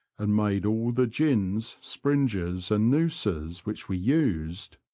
and made all the gins, springes, and noozes which we used,